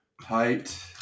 height